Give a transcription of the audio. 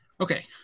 Okay